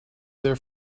their